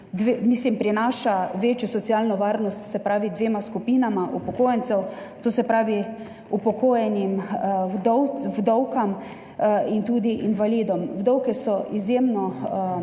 in prinaša večjo socialno varnost dvema skupinama upokojencev, to se pravi upokojenim vdovam in tudi invalidom. Vdove so izjemno